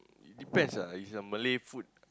depends ah if is Malay food